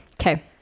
okay